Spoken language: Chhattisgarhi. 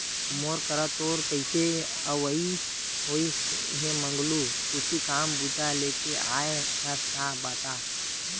मोर करा तोर कइसे अवई होइस हे मंगलू कुछु काम बूता लेके आय हस का बता?